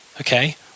Okay